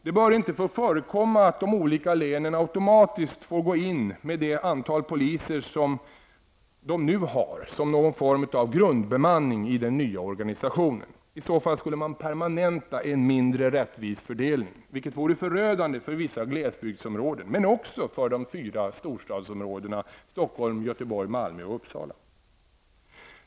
Det bör inte få förekomma att de olika länen automatiskt får gå in med det antal poliser de nu har som någon form av grundbemanning i den nya organisationen. I så fall skulle man permanenta en mindre rättvis fördelning, vilket vore förödande för vissa glesbygdsområden, men också för de fyra storstadsområdena, Stockholm, Göteborg, Malmö och Uppsala.